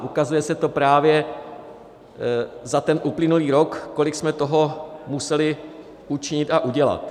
Ukazuje se to právě za ten uplynulý rok, kolik jsme toho museli učinit a udělat.